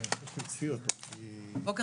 בוקר